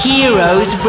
Heroes